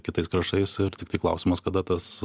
kitais kraštais ir tiktai klausimas kada tas